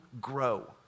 grow